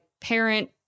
parent